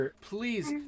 please